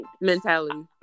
Mentality